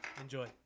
Enjoy